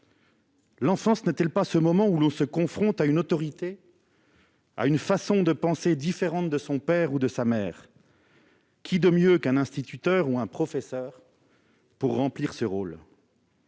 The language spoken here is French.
L'enfance n'est-elle pas ce moment où l'on se confronte à une autorité, à une façon de penser différente de son père ou de sa mère ? Qui de mieux qu'un instituteur ou un professeur pour remplir ce rôle ?